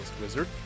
wizard